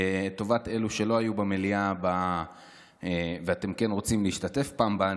לטובת אלו שלא היו במליאה ואתם כן רוצים להשתתף בפעם הבאה,